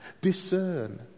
Discern